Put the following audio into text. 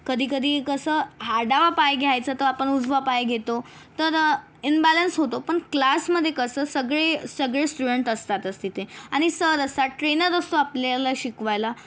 कधीकधी कसं हा डावा पाय घ्यायचा तर आपण उजवा पाय गेतो तर इनबॅलन्स होतो पण क्लासमध्ये कसं सगळे सगळे स्टुडंट असतातच तिथे आणि सर असतात ट्रेनर असतो आपल्याला शिकवायला